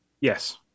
Yes